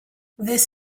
this